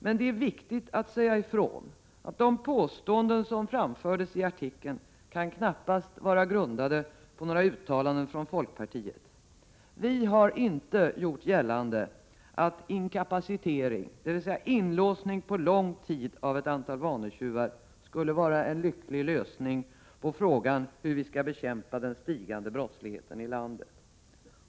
Men det är viktigt att säga ifrån att de påståenden som framfördes i artikeln knappast kan vara grundade på några uttalanden från folkpartiet. Vi i folkpartiet har inte gjort gällande att inkapacitering, dvs. inlåsning på lång tid, av ett antal vanetjuvar skulle vara en lycklig lösning på frågan om hur vi skall bekämpa den stigande brottsligheten i landet.